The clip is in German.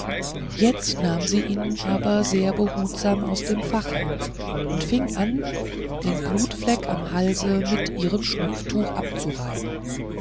jetzt nahm sie ihn aber sehr behutsam aus dem fache und fing an den blutfleck am halse mit ihrem schnupftuch abzureiben